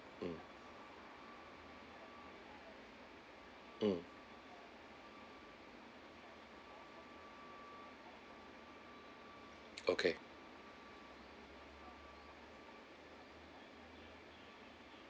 mm mm okay